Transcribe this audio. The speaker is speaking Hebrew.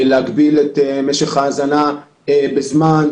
להגביל את משך ההאזנה בזמן,